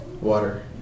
Water